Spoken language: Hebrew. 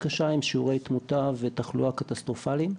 קשה עם שיעורי תמותה ותחלואה קטסטרופאליים.